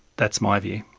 that's my view.